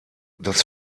das